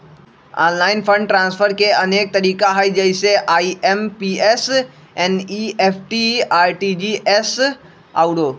online fund transfer के अनेक तरिका हइ जइसे आइ.एम.पी.एस, एन.ई.एफ.टी, आर.टी.जी.एस आउरो